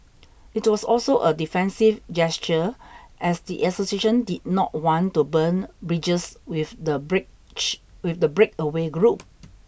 it was also a defensive gesture as the association did not want to burn bridges with the bridge with the breakaway group